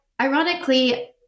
ironically